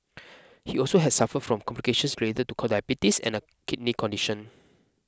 he also has suffered from complications related to diabetes and a kidney condition